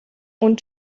und